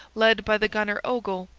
led by the gunner ogle,